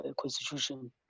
constitution